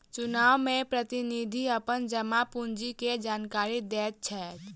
चुनाव में प्रतिनिधि अपन जमा पूंजी के जानकारी दैत छैथ